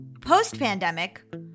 post-pandemic